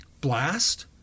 blast